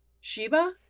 Sheba